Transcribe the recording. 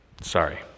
sorry